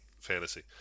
fantasy